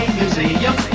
museum